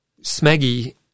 Smeggy